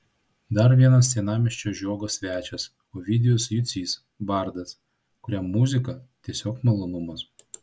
dar vienas senamiesčio žiogo svečias ovidijus jucys bardas kuriam muzika tiesiog malonumas